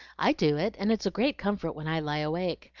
i do it, and it's a great comfort when i lie awake.